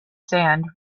sand